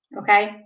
Okay